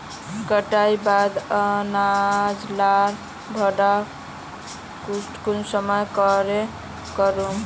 कटाईर बाद अनाज लार भण्डार कुंसम करे करूम?